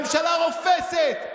ממשלה רופסת,